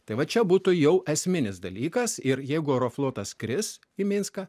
tai va čia būtų jau esminis dalykas ir jeigu aeroflotas skris į minską